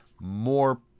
more